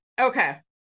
Okay